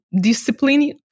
discipline